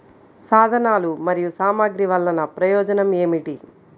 సాధనాలు మరియు సామగ్రి వల్లన ప్రయోజనం ఏమిటీ?